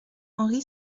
henri